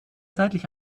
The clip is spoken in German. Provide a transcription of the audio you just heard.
seitlich